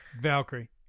Valkyrie